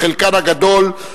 בחלקן הגדול,